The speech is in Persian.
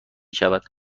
شود